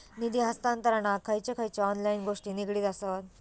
निधी हस्तांतरणाक खयचे खयचे ऑनलाइन गोष्टी निगडीत आसत?